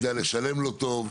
יודע לשלם לו טוב,